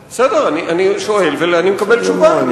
בסדר, אני שואל ואני מקבל תשובה.